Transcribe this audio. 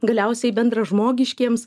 galiausiai bendražmogiškiem